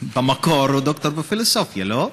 במקור הוא דוקטור לפילוסופיה, לא?